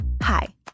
Hi